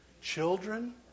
Children